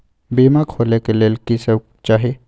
बीमा खोले के लेल की सब चाही?